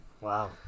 Wow